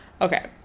okay